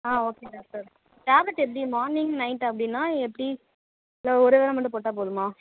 ஆ okay doctor tablet எப்படி morning night அப்படின்னா எப்படி இல்லை ஒரு தடவை மட்டும் போட்டால் போதுமா